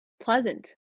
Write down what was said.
pleasant